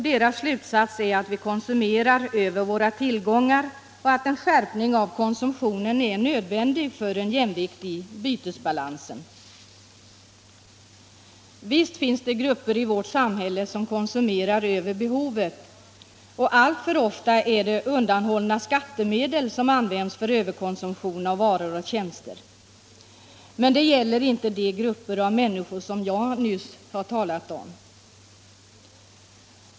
Dess slutsats är att vi konsumerar över våra tillgångar och att en skärpning av konsumtionen är nödvändig för en jämvikt i bytesbalansen. Visst finns det grupper i vårt samhälle som konsumerar över sina behov, och alltför ofta är det undanhållna skattemedel som används för överkonsumtion av varor och tjänster. Men det gäller inte de grupper av människor som jag nyss har talat om.